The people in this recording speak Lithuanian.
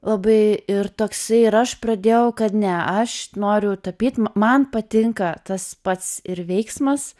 labai ir toksai ir aš pradėjau kad ne aš noriu tapyt man patinka tas pats ir veiksmas